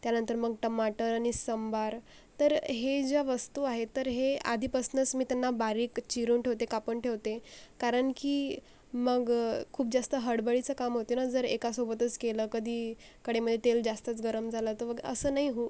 त्यानंतर मग टमाटर आणि संबार तर हे ज्या वस्तू आहेत तर हे आधीपासनच मी त्यांना बारीक चिरून ठेवते कापून ठेवते कारण की मग खूप जास्त हडबडीचं काम होते न जर एका सोबतच केलं कधी कडे मंजे जास्तच गरम झालं तर वग असं नाही होऊ